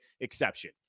exception